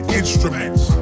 instruments